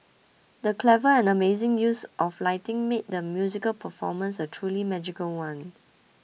the clever and amazing use of lighting made the musical performance a truly magical one